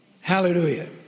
Hallelujah